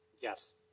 Yes